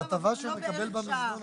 זה הטבה שמקבל במזנון.